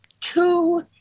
two